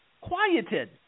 quieted